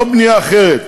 לא בנייה אחרת,